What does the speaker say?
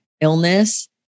illness